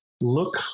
Look